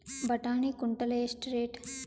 ಬಟಾಣಿ ಕುಂಟಲ ಎಷ್ಟು ರೇಟ್?